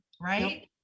Right